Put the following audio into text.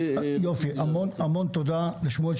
המון תודה לשמואל,